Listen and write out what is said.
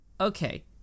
okay